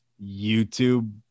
YouTube